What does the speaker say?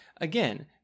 again